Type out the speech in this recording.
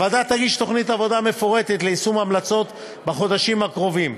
הוועדה תגיש תוכנית עבודה מפורטת ליישום המלצות בחודשים הקרובים.